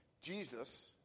Jesus